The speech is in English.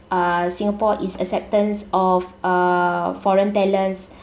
uh singapore is accepting of err foreign talents